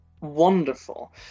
Wonderful